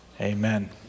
Amen